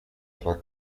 tra